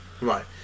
Right